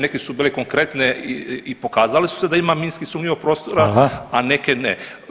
Neke su bile konkretne i pokazale su se da ima minski sumnjivog prostora [[Upadica Reiner: Hvala.]] a neke ne.